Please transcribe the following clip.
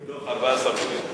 מתוך 14 מיליון.